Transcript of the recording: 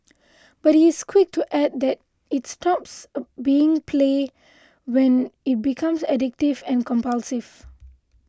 but he is quick to add that it stops being play when it becomes addictive and compulsive